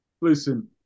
Listen